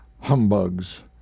humbugs